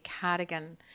cardigan